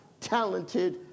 talented